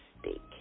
steak